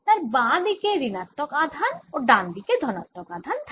তার বাঁ দিকে ঋণাত্মক আধান ও ডান দিকে ধনাত্মক আধান থাকে